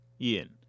Ian